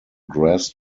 grass